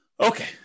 Okay